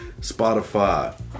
Spotify